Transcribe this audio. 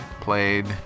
played